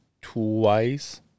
twice